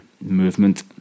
movement